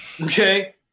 Okay